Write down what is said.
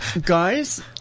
guys